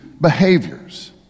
behaviors